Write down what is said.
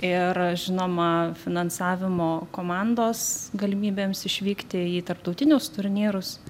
ir žinoma finansavimo komandos galimybėms išvykti į tarptautinius turnyrus